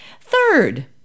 Third